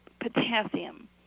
potassium